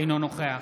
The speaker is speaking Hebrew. אינו נוכח